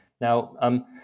Now